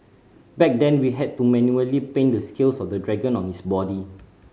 back then we had to manually paint the scales of the dragon on its body